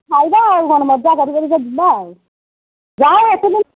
ଖାଇବା ଆଉ କ'ଣ ମଜା କରି କରିକା ଯିବା ଆଉ ଯାହା ହେଉ ଏତେଦିନି